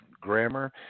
grammar